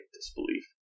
disbelief